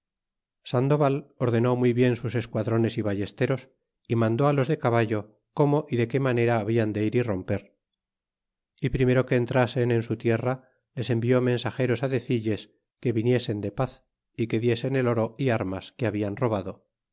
al ordenó muy bien sus esquadrones y vallesteros y mandó los de á caballo cómo y de qué manera hablan de ir y romper y primero que entrasen en su tierra les envió mensageros ó dediles que viniesen de paz y que diesen pi oro y armas que hablan robado